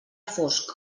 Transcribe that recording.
fosc